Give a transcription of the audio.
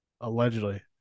Allegedly